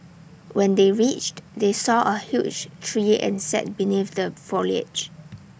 when they reached they saw A huge tree and sat beneath the foliage